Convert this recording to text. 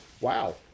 Wow